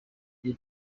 iyi